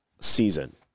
season